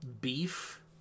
Beef